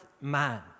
man